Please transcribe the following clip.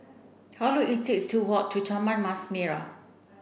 how long it take to walk to Taman Mas Merah